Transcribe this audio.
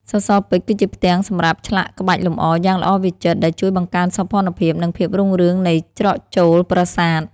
សសរពេជ្រ គឺជាផ្ទាំងសម្រាប់ឆ្លាក់ក្បាច់លម្អយ៉ាងល្អវិចិត្រ ដែលជួយបង្កើនសោភ័ណភាព និងភាពរុងរឿងនៃច្រកចូលប្រាសាទ។